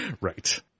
Right